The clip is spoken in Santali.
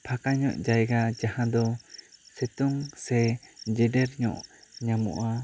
ᱯᱷᱟᱠᱟ ᱧᱚᱜ ᱡᱟᱭᱜᱟ ᱡᱟᱦᱟᱸ ᱫᱚ ᱥᱤᱛᱩᱝ ᱥᱮ ᱡᱮᱰᱮᱨ ᱧᱚᱜ ᱧᱟᱢᱚᱜᱼᱟ